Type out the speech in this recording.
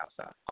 outside